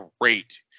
great